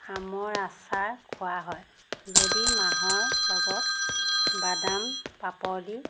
আমৰ আচাৰ খোৱা হয় যদি মাহৰ লগত বাদাম পাপৰ দি